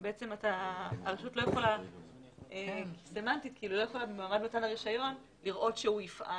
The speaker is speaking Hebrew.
הרשות לא יכולה לראות שהוא יפעל.